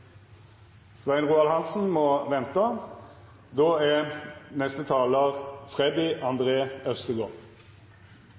Svein Roald Hansen må venta. Då er neste talar Freddy